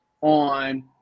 on